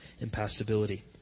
impassibility